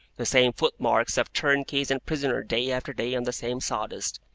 the same footmarks of turnkeys and prisoner day after day on the same sawdust,